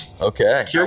Okay